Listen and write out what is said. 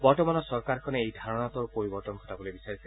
বৰ্তমানৰ চৰকাৰখনে এই ধাৰণাটোৰ পৰিৱৰ্তন ঘটাবলৈ বিচাৰিছে